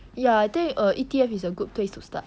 ya I think err E_T_F is a good place to start